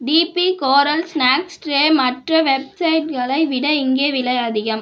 DP coral snacks tray மற்ற வெப்சைட்களை விட இங்கே விலை அதிகம்